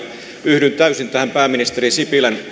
yhdyn täysin tähän pääministeri sipilän